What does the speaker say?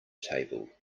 table